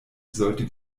sollte